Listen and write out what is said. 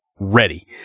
ready